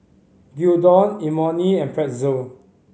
Gyudon Imoni and Pretzel